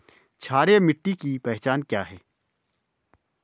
क्षारीय मिट्टी की पहचान क्या है?